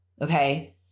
okay